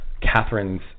Catherine's